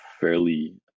fairly